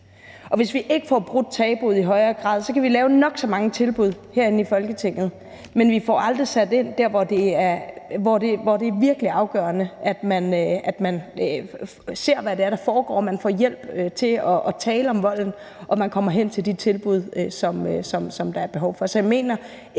højere grad får brudt tabuet, kan vi lave nok så mange tilbud herinde i Folketinget, men vi får aldrig sat ind der, hvor det er virkelig afgørende, at man ser, hvad det er, der foregår, og at man får hjælp til at tale om volden og når frem til de tilbud, der er behov for.